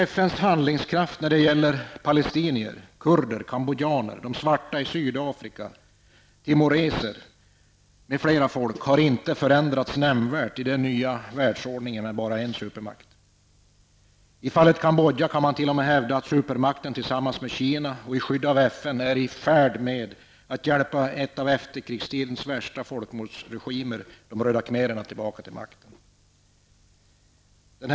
FNs handlingskraft när det gäller palestinier, kurder, cambodjaner, de svarta i Sydafrika, timoreser m.fl. folk har inte förändrats nämnvärt i den nya världsordningen med bara en supermakt. I fallet Cambodja kan man t.o.m. hävda att supermakten tillsammans med Kina och i skydd av FN är i färd med att hjälpa en av efterkrigstidens värsta folkmordsregimer, de röda khmererna, tillbaka till makten.